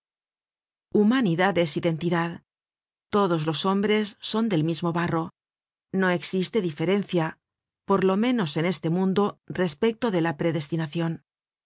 humanidad es identidad todos los hombres son del mismo barro no existe diferencia por lo menos en este mundo respecto de la predestinacion